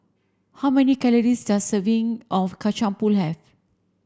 how many calories does a serving of Kacang Pool have